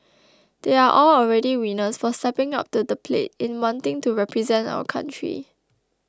they are all already winners for stepping up to the plate in wanting to represent our country